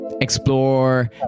explore